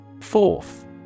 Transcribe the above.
Fourth